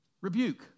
Rebuke